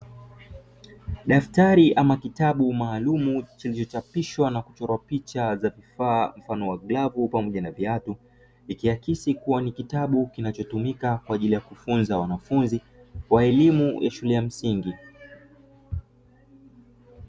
Daftari ama kitabu maalumu kiliochapishwa na kuchorwa picha za vifaa mfano wa glavu na viatu, ikiakisi kuwa ni kitabu kinachotumika kwa ajili ya kufunza wanafunzi wa elimu ya shule ya msingi.